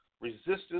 Resistance